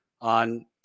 on